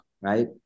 right